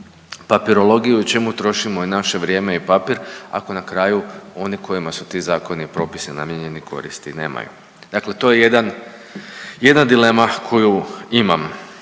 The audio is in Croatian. papirologiju i čemu trošimo i naše vrijeme i papir, ako na kraju oni kojima su ti zakoni i propisi namijenjeni koristi nemaju. Dakle, to je jedan, jedna dilema koju imam